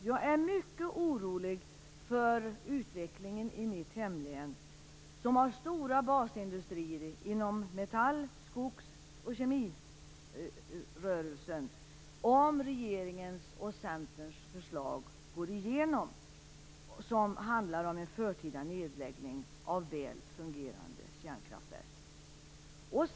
Jag är mycket orolig för utvecklingen i mitt hemlän, som har stora basindustrier inom metall-, skogsoch kemirörelser, om regeringens och Centerns förslag går igenom som handlar om en förtida nedläggning av väl fungerande kärnkraftverk.